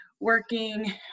Working